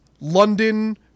London